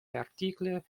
l’article